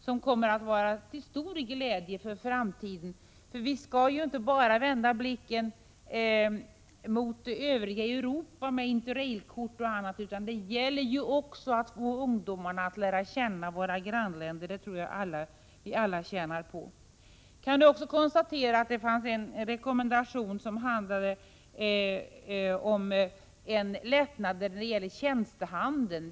Det kommer att vara till stor glädje för framtiden — vi skall ju inte bara vända blicken mot övriga Europa — jag tänker då bl.a. på interrailkortet —- utan det gäller också att få ungdomarna att lära känna sina grannländer. Det tror jag att vi alla tjänar på. Det fanns också en rekommendation om lättnader när det gäller tjänstehandeln.